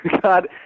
God